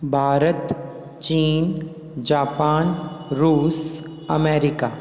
भारत चीन जापान रूस अमेरिका